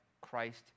Christ